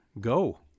go